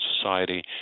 society